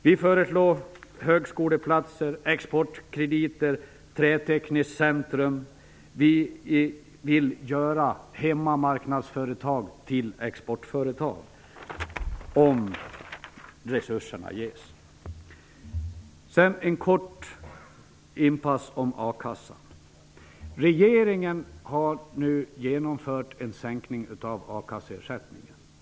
Vi har förslag om högskoleplatser, exportkrediter och ett trätekniskt centrum. Vi vill göra hemmamarknadsföretag till exportföretag, om resurser ges. Sedan ett litet inpass om a-kassan. Regeringen har nu genomfört en sänkning av a-kasseersättningen.